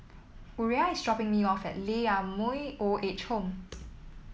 Uriah is dropping me off at Lee Ah Mooi Old Age Home